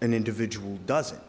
an individual doesn't